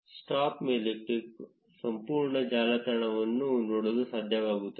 stop ಮೇಲೆ click ಸಂಪೂರ್ಣ ಜಾಲತಾಣವನ್ನು ನೋಡಲು ಸಾಧ್ಯವಾಗುತ್ತದೆ